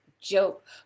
joke